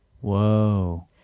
Whoa